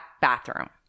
bathroom